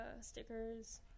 stickers